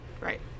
right